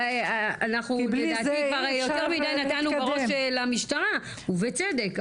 אנחנו לדעתי כבר יותר מידי נתנו בראש למשטרה ובצדק,